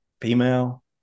Female